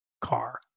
car